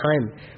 time